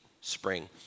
spring